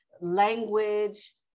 language